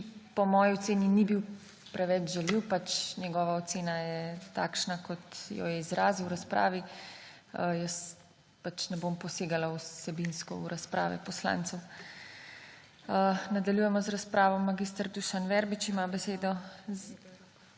po moji oceni ni bil preveč žaljiv, njegova ocena je takšna, kot jo je izrazil v razpravi, jaz ne bom posegala vsebinsko v razprave poslancev. Nadaljujemo z razpravo. Mag. Dušan Verbič ima besedo.